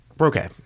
okay